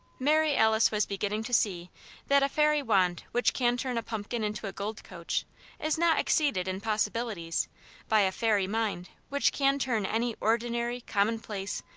mary alice was beginning to see that a fairy wand which can turn a pumpkin into a gold coach is not exceeded in possibilities by a fairy mind which can turn any ordinary, commonplace,